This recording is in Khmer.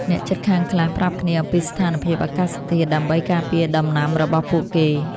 អ្នកជិតខាងខ្លះប្រាប់គ្នាអំពីស្ថានភាពអាកាសធាតុដើម្បីការពារដំណាំរបស់ពួកគេ។